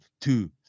two